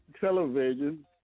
television